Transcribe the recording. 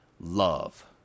Love